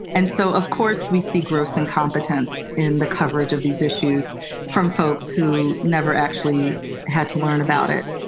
and so, of course, we see gross incompetence in the coverage of these issues from folks who never actually had to learn about it,